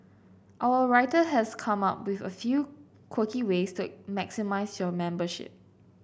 our writer has come up with a few quirky ways to it maximise your membership